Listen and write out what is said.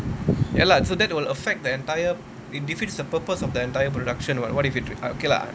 ya lah so that will affect the entire it defeats the purpose of the entire production [what] what if it uh okay lah